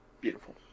beautiful